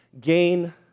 gain